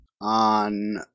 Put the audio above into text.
on